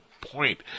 point